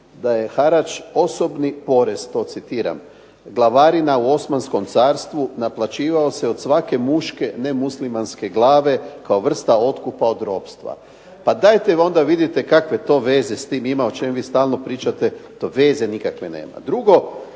je osobni porez, glavarina u Osmanskom carstvu. Naplaćivao se od svake muške nemuslimanske glave kao vrsta otkupa od ropstva." Pa dajte onda vidite kakvo to veze s tim ima o čemu vi stalno pričate, to veze nikakve nema.